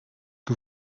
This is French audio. que